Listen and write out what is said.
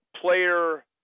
player